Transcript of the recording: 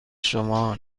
شما